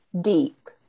deep